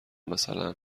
مثلا